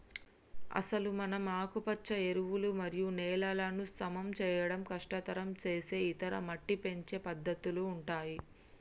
అసలు మనం ఆకుపచ్చ ఎరువులు మరియు నేలలను సమం చేయడం కష్టతరం సేసే ఇతర మట్టి పెంచే పద్దతుల ఉంటాయి